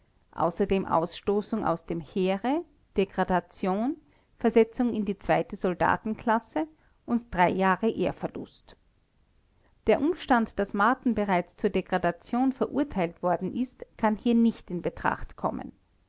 außerdem ausstoßung aus dem heere degradation versetzung in die soldatenklasse und jahre ehrverlust der umstand daß marten bereits zur degradation verurteilt worden ist kann hier nicht in betracht kommen